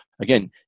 again